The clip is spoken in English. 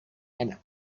and